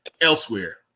elsewhere